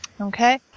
Okay